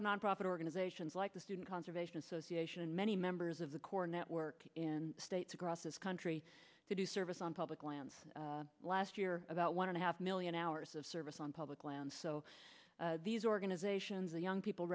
of nonprofit organizations like the student conservation association and many members of the core network in states across this country to do service on public lands last year about one and a half million hours of service on public lands so these organizations the young people